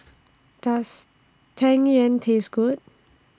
Does Tang Yuen Taste Good